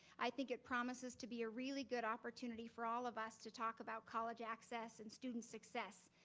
i think it promises to be a really good opportunity for all of us to talk about college access and student success.